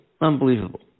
Unbelievable